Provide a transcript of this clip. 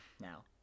now